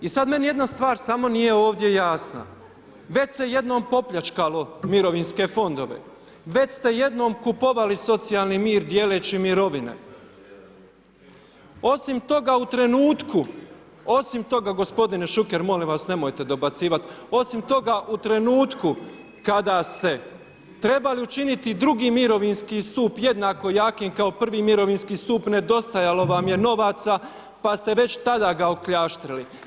I sad meni jedna stvar samo nije ovdje jasna, već se jednom popljačkalo mirovinske fondove, već ste jednom kupovali socijalni mir dijeleći mirovine, osim toga u trenutku, osim toga gospodine Šuker, molim vas nemojte dobacivat, osim toga u trenutku kada ste trebali učiniti II. mirovinski stup jednako jakim kao I. mirovinski stup, nedostajalo vam je novaca pa ste već tada ga okljaštrili.